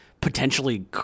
Potentially